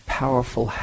powerful